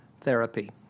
therapy